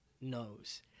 knows